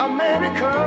America